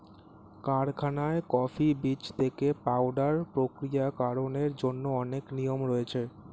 কারখানায় কফি বীজ থেকে পাউডার প্রক্রিয়াকরণের জন্য অনেক নিয়ম রয়েছে